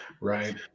Right